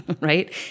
right